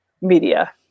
media